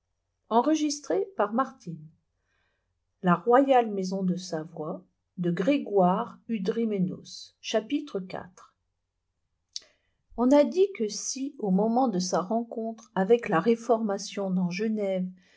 iv ou a dit que si au moment de sa rencontre avec la réformation dans genève